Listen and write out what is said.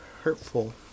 hurtful